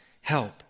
help